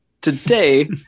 today